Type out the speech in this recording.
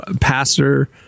Pastor